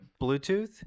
Bluetooth